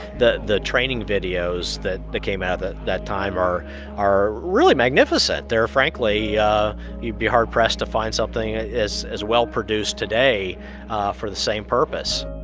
the the training videos that that came out of that time are are really magnificent. they're, frankly you'd be hard-pressed to find something as as well-produced today for the same purpose